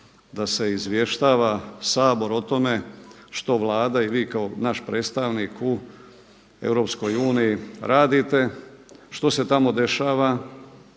da se izvještava Sabor o tome što Vlada i vi kao naš predstavnik u Europskoj uniji radite, što se tamo dešava.